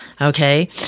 Okay